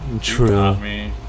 True